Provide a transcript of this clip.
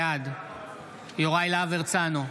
בעד יוראי להב הרצנו,